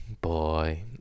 boy